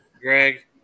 Greg